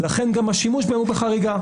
לכן גם השימוש הוא בחריגה.